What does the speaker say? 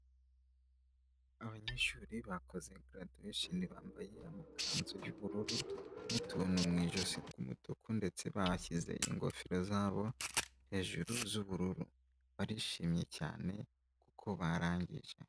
Abanyeshuri bakoze garaduwesheni bambaye amakanzu y'ubururu n'utuntu mu ijosi tw'umutuku ndetse bashyize ingofero zabo hejuru z'ubururu barishimye cyane kuko barangije.